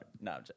no